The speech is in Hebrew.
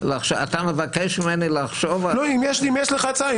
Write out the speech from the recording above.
אתה מבקש ממני לחשוב --- לא, אם יש לך הצעה.